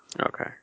Okay